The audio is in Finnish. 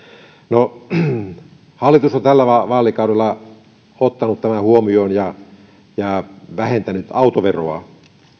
no hallitus on tällä vaalikaudella ottanut tämän huomioon ja ja vähentänyt autoveroa